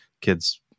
kids